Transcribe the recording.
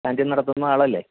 canteen നടത്തുന്ന ആളല്ലെ